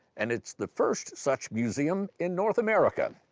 and it's the first such museum in north america,